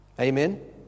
Amen